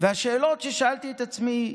השאלות ששאלתי את עצמי,